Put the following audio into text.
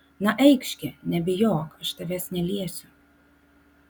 na eikš gi nebijok aš tavęs neliesiu